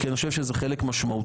כי אני חושב שזה חלק משמעותי.